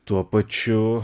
tuo pačiu